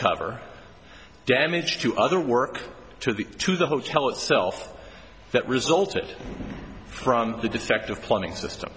cover damage to other work to the to the hotel itself that resulted from the defective plumbing system